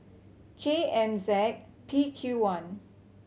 K M Z P Q one